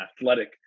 athletic